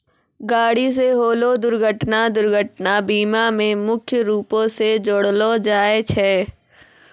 गाड़ी से होलो दुर्घटना दुर्घटना बीमा मे मुख्य रूपो से जोड़लो जाय छै